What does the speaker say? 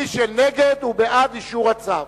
מי שנגד הוא בעד אישור הצו.